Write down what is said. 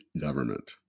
government